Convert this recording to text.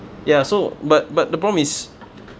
ya so but but the problem is